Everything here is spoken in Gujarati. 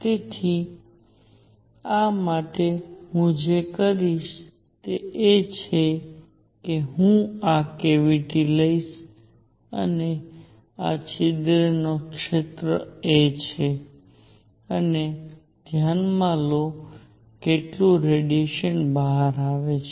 તેથી આ માટે હું જે કરીશ તે એ છે કે હું આ કેવીટી લઈશ અને આ છિદ્રનો ક્ષેત્ર a છે અને ધ્યાનમાં લો કેટલું રેડીએશન બહાર આવે છે